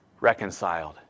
reconciled